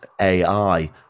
AI